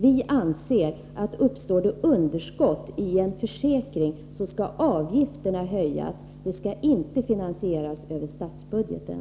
Vi inom vpk anser att uppstår det underskott i en försäkring skall avgifterna höjas, och finansieringen skall inte ske över statsbudgeten.